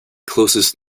closest